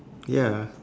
ya